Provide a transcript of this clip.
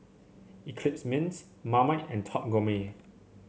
Eclipse Mints Marmite and Top Gourmet